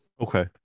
Okay